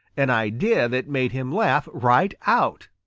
an idea that made him laugh right out.